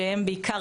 שעסקו בעיקר